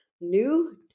new